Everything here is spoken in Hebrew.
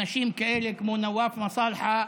אנשים כאלה כמו נואף מסאלחה